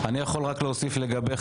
אני יכול רק להוסיף לגביך,